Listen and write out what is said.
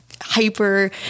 hyper-